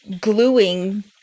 gluing